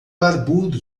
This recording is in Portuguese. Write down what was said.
barbudo